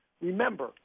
Remember